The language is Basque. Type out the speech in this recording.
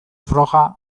froga